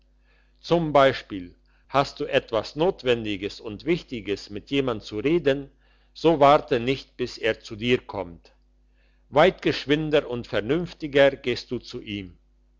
z b hast du etwas notwendiges und wichtiges mit jemand zu reden so warte nicht bis er zu dir kommt weit geschwinder und vernünftiger gehst du zu ihm